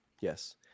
Yes